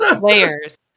Layers